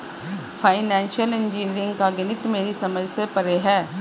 financial engineering का गणित मेरे समझ से परे है